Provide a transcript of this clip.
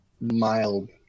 mild